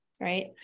right